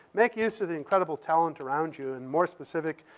make use of the incredible talent around you. and more specific,